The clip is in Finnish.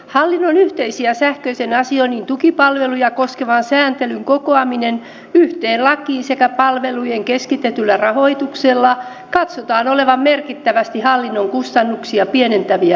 hallinnon yhteisiä sähköisen asioinnin tukipalveluja koskevan sääntelyn kokoamisella yhteen lakiin sekä palvelujen keskitetyllä rahoituksella katsotaan olevan merkittävästi hallinnon kustannuksia pienentäviä vaikutuksia